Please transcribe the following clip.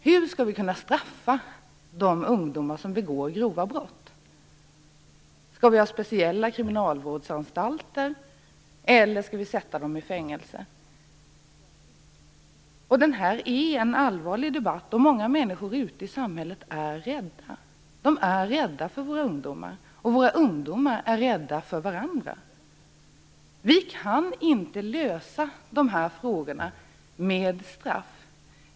Hur skall vi kunna straffa de ungdomar som begår grova brott? Skall vi ha speciella kriminalvårdsanstalter eller skall vi sätta dem i fängelse? Det här är en allvarlig debatt. Många människor ute i samhället är rädda för våra ungdomar, och våra ungdomar är rädda för varandra. Vi kan inte lösa de här frågorna med straff.